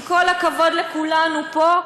עם כל הכבוד לכולנו פה,